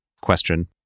question